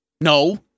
No